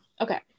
okay